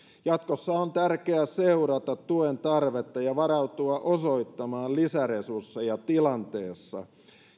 jatkossa on tärkeää seurata tuen tarvetta ja varautua osoittamaan lisäresursseja tilanteessa